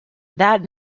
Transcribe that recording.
that